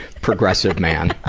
progressive man!